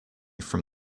from